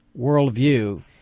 worldview